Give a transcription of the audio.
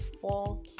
four